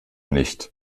nicht